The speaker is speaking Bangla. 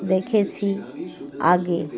দেখেছ আগে